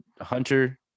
hunter